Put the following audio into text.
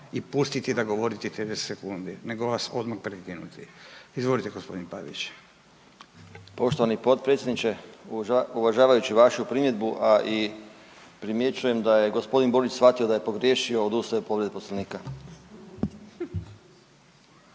i pustiti da govorite 30 sekundi nego vas odmah prekinuti. Izvolite gospodin Pavić. **Pavić, Željko (SDP)** Poštovani potpredsjedniče uvažavajući vašu primjedbu, a i primjećujem da je gospodin Borić shvatio da je pogriješio odustajem od povrede Poslovnika.